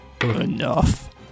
enough